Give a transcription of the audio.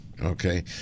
Okay